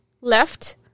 left